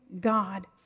God